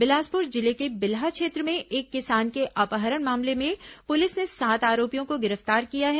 बिलासपुर जिले के बिल्हा क्षेत्र में एक किसान के अपहरण मामले में पुलिस ने सात आरोपियों को गिरफ्तार किया है